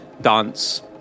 dance